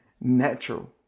natural